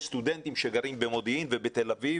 יש סטודנטים שגרים במודיעין ובתל אביב